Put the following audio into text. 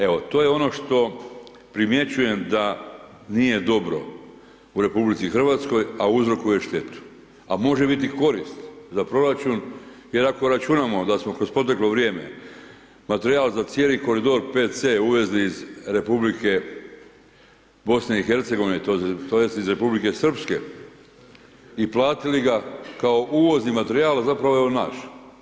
Evo, to je ono što primjećujem da nije dobro u RH, a uzrokuje štetu, a može biti korist za proračun jer ako računamo da smo kroz proteklo vrijeme materijal za cijeli koridor PC uvezli iz Republike BiH tj. iz Republike Srpske i platili ga kao uvozni materijal, zapravo je on naš.